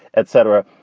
etc.